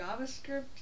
JavaScript